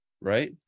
right